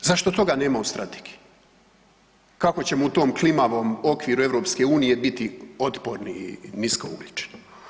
Zašto toga nema u strategiji kako ćemo u tom klimavom okviru EU biti otporniji i nisko ugljični?